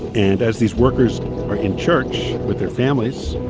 and as these workers are in church with their families,